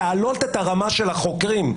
להעלות את הרמה של החוקרים,